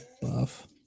Buff